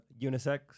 unisex